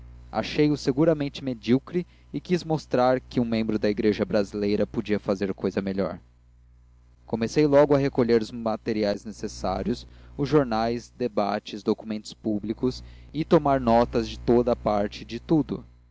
brios achei-o seguramente medíocre e quis mostrar que um membro da igreja brasileira podia fazer cousa melhor comecei logo a recolher os materiais necessários jornais debates documentos públicos e a tomar notas de toda a parte e de tudo